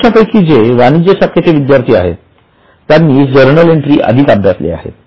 तुमच्यापैकी जे वाणिज्य शाखेचे विद्यार्थी आहेत त्यांनी जर्नल एंट्री आधीच अभ्यासल्या आहेत